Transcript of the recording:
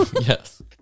Yes